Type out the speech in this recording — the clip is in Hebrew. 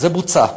זה בוצע.